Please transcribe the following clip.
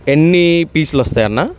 ఎన్ని పీసులోస్తయి అన్నా